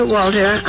Walter